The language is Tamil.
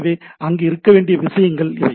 எனவே அங்கே இருக்க வேண்டிய விஷயங்கள் இவை